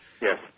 Yes